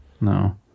no